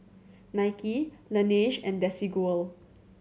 Nike Laneige and Desigual